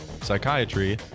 psychiatry